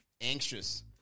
anxious